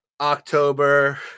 October